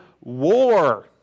war